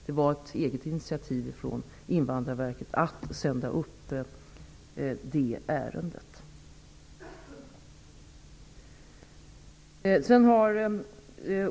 Det var ett eget initiativ från Invandrarverket att sända vidare det ärendet.